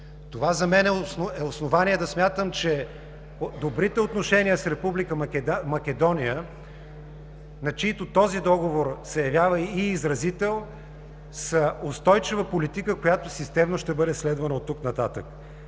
Това за мен е основание да смятам, че добрите отношения с Република Македония, чийто Договор се явява и изразител, са устойчива политика, която системно ще бъде следвана оттук нататък.